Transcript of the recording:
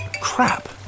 Crap